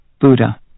Buddha